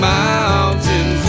mountain